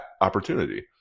Opportunity